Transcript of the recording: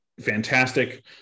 fantastic